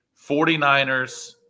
49ers